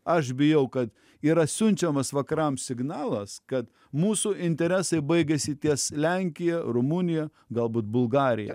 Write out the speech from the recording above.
aš bijau kad yra siunčiamas vakaram signalas kad mūsų interesai baigiasi ties lenkija rumunija galbūt bulgarija